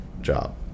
job